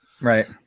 Right